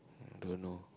don't know